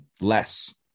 less